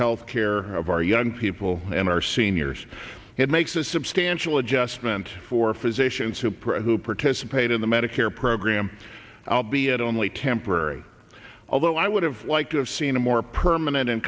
health care of our young people and our seniors it makes a substantial adjustment for physicians who perhaps participate in the medicare program i'll be at only temporary although i would have liked to have seen a more permanent and